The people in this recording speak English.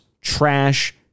trash